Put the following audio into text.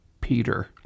Peter